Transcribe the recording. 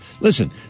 Listen